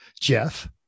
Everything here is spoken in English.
jeff